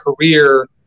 career